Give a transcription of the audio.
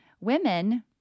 women